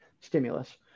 stimulus